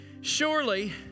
Surely